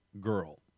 girl